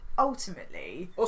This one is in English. Ultimately